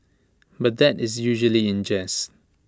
but that is usually in jest